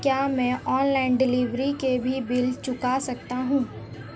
क्या मैं online delivery के भी बिल चुकता कर सकता हूँ?